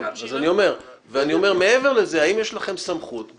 ואני אומר מעבר לזה, אם